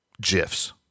GIFs